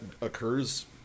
occurs